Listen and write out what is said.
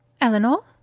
Eleanor